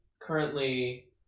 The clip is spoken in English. currently